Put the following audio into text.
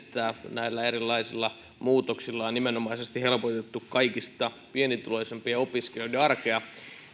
näillä erilaisilla muutoksilla on nimenomaisesti helpotettu kaikista pienituloisimpien opiskelijoiden